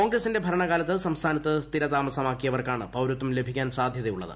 കോൺഗ്രസിന്റെ ഭരണകാലത്ത് സംസ്ഥാനത്ത് സ്ഥിരതാമ്സമാക്കിയവർക്കാണ് പൌരത്വം ലഭിക്കാൻ സാധ്യതയുള്ളത്